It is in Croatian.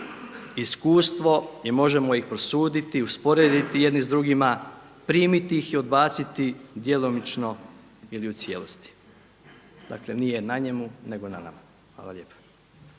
iskustvo i možemo ih prosuditi, usporediti jedni s drugima, primiti ih i odbaciti djelomično ili u cijelosti. Dakle nije na njemu nego na nama. **Reiner,